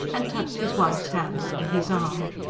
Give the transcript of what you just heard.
and tucked his wife's hand under his arm.